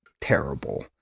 terrible